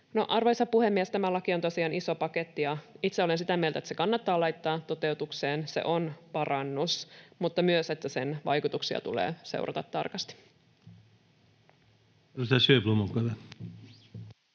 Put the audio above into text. Arvoisa puhemies! Tämä laki on tosiaan iso paketti, ja itse olen sitä mieltä, että se kannattaa laittaa toteutukseen. Se on parannus, mutta myös sen vaikutuksia tulee seurata tarkasti.